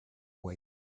way